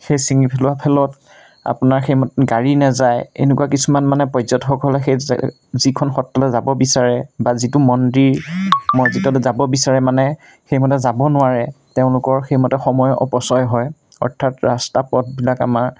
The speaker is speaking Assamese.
সেই চিঙি পেলোৱা ফলত আপোনাৰ সেই গাড়ী নেযায় এনেকুৱা কিছুমান মানে পৰ্যটকসকলে সেই জেগা যিখন সত্ৰলৈ যাব বিচাৰে বা যিটো মন্দিৰ মচজিদলৈ যাব বিচাৰে মানে সেইমতে যাব নোৱাৰে তেওঁলোকৰ সেইমতে সময় অপচয় হয় অৰ্থাৎ ৰাস্তা পথবিলাক আমাৰ